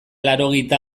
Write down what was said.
laurogeita